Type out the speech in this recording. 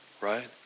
Right